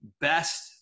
best